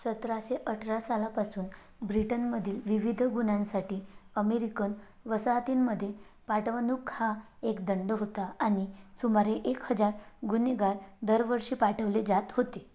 सतराशे अठरा सालापासून ब्रिटनमधील विविध गुणांसाठी अमेरिकन वसाहतींमध्ये पाठवणूक हा एकदंड होता आणि सुमारे एक हजार गुन्हेगार दरवर्षी पाठवले जात होते